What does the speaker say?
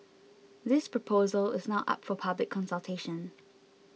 this proposal is now up for public consultation